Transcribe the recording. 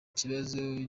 kibazo